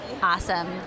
Awesome